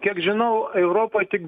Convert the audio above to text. kiek žinau europoj tik